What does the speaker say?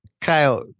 Kyle